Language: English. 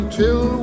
till